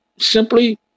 Simply